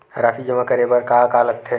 राशि जमा करे बर का का लगथे?